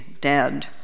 dead